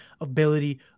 ability